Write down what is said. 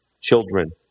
children